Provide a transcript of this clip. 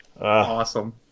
Awesome